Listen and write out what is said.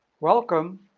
Welcome